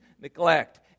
neglect